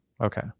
okay